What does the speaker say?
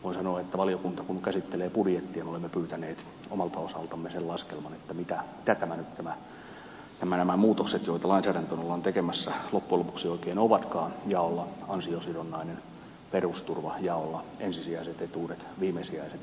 voin sanoa että valiokunta kun käsittelee budjettia me olemme pyytäneet omalta osaltamme sen laskelman mitä nämä muutokset joita lainsäädäntöön ollaan tekemässä loppujen lopuksi oikein ovatkaan jaolla ansiosidonnainen perusturva jaolla ensisijaiset etuudet viimesijaiset etuudet